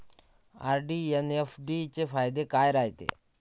RD अन FD चे फायदे काय रायते?